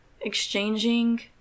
exchanging